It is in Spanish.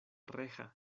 reja